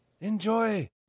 enjoy